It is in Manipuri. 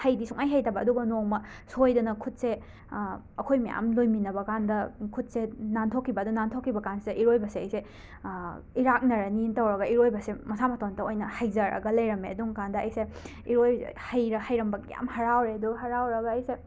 ꯍꯩꯗꯤ ꯁꯨꯡꯍꯩ ꯍꯩꯇꯕ ꯑꯗꯨꯒ ꯅꯣꯡꯃ ꯁꯣꯏꯗꯅ ꯈꯨꯠꯁꯦ ꯑꯩꯈꯣꯏ ꯃꯌꯥꯝ ꯂꯣꯏꯃꯤꯟꯅꯕ ꯀꯥꯟꯗ ꯈꯨꯠꯁꯦ ꯅꯥꯟꯊꯣꯛꯈꯤꯕ ꯑꯗꯣ ꯅꯥꯟꯊꯣꯛꯈꯤꯕ ꯀꯥꯟꯁꯤꯗ ꯏꯔꯣꯏꯕꯁꯦ ꯑꯩꯁꯦ ꯏꯔꯥꯛꯅꯔꯅꯤ ꯇꯧꯔꯒ ꯏꯔꯣꯏꯕꯁꯦ ꯃꯁꯥ ꯃꯇꯣꯝꯇ ꯑꯣꯏꯅ ꯍꯩꯖꯔꯒ ꯂꯩꯔꯝꯃꯦ ꯑꯗꯨꯝ ꯀꯥꯟꯗ ꯑꯩꯁꯦ ꯏꯔꯣꯏ ꯍꯩꯔ ꯍꯩꯔꯝꯕꯒꯤ ꯌꯥꯝꯅ ꯍꯔꯥꯎꯔꯦ ꯑꯗꯣ ꯍꯔꯥꯎꯔꯒ ꯑꯩꯁꯦ